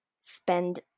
spend